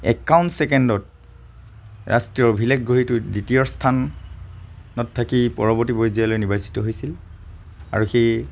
একাৱন্ন ছেকেণ্ডত ৰাষ্ট্ৰীয় অভিলেখ গঢ়ি দ্বিতীয় স্থানত থাকি পৰৱৰ্তী পৰ্যায়লৈ নিবাচিত হৈছিল আৰু সেই